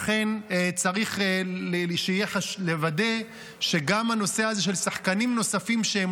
לכן צריך לוודא שגם שחקנים נוספים שהם